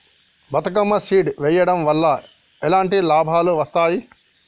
Bathukamma seed వెయ్యడం వల్ల ఎలాంటి లాభాలు వస్తాయి?